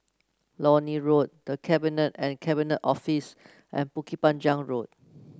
Lornie Road The Cabinet and Cabinet Office and Bukit Panjang Road